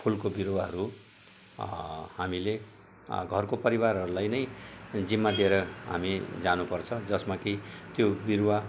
फुलकोे बिरुवाहरू हामीले घरको परिवारहरलाई नै जिम्मा दिएर हामी जानुपर्छ जसमा कि त्यो बिरुवा